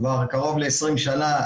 כבר קרוב ל-20 שנה.